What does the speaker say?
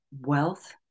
wealth